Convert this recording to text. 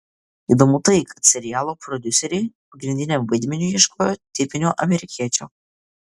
įdomu tai kad serialo prodiuseriai pagrindiniam vaidmeniui ieškojo tipinio amerikiečio